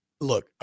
look